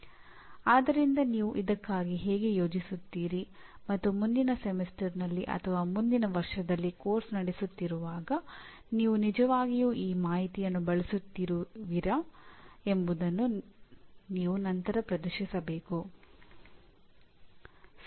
ಆದ್ದರಿಂದ ನೀವು ಇದಕ್ಕಾಗಿ ಹೇಗೆ ಯೋಜಿಸುತ್ತೀರಿ ಮತ್ತು ಮುಂದಿನ ಸೆಮಿಸ್ಟರ್ನಲ್ಲಿ ಅಥವಾ ಮುಂದಿನ ವರ್ಷದಲ್ಲಿ ಪಠ್ಯಕ್ರಮವನ್ನು ನಡೆಸುತ್ತಿರುವಾಗ ನೀವು ನಿಜವಾಗಿಯೂ ಈ ಮಾಹಿತಿಯನ್ನು ಬಳಸುತ್ತಿರುವಿರಿ ಎಂಬುದನ್ನು ನೀವು ನಂತರ ಪ್ರದರ್ಶಿಸಬೇಕು